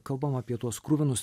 kalbam apie tuos kruvinus